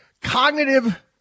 Cognitive